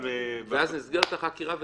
ואז נסגרת החקירה וזהו?